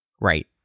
Right